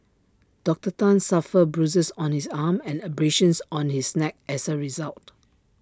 Doctor Tan suffered bruises on his arm and abrasions on his neck as A result